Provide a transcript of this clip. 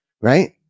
right